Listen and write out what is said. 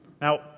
Now